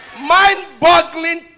Mind-boggling